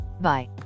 Bye